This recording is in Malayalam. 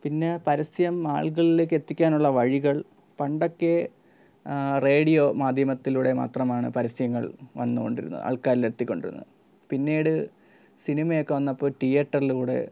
പിന്നെ പരസ്യം ആളുകളിലേക്ക് എത്തിക്കാൻ ഉള്ള വഴികൾ പണ്ടൊക്കെ റേഡിയോ മാധ്യമത്തിലൂടെ മാത്രമാണ് പരസ്യങ്ങൾ വന്നുകൊണ്ടിരുന്നത് ആൾക്കാരിൽ എത്തിക്കൊണ്ടിരുന്നത് പിന്നീട് സിനിമ ഒക്കെ വന്നപ്പോൾ തീയേറ്ററിലൂടെ